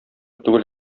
түгел